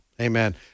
Amen